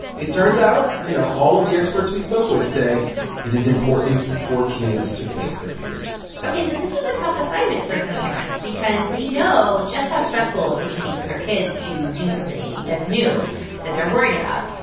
it turns out, you know, all of the experts we spoke with say it is important for kids to face their fears ok. so this is a tough assignment for some parents because they know just how stressful it can be for their kids to do something that's new that they're worried about.